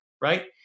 right